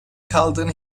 kaldığını